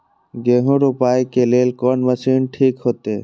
गेहूं रोपाई के लेल कोन मशीन ठीक होते?